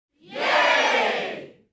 Yay